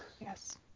Yes